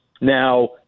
Now